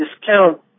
discount